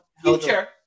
future